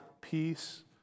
peace